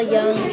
Young